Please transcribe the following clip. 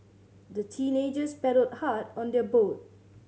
the teenagers paddled hard on their boat